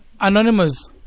anonymous